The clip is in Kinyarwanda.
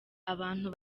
abantu